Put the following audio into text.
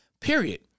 period